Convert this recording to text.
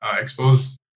expose